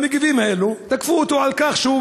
המגיבים האלה תקפו אותו על כך שהוא,